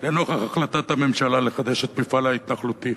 לנוכח החלטת הממשלה לחדש את המפעל ההתנחלותי.